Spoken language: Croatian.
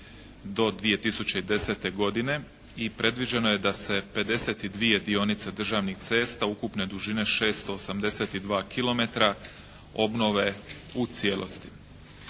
do 2010. godine i predviđeno je da se 52 dionice državnih cesta ukupne dužine 682 km obnove u cijelosti.